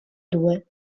due